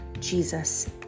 Jesus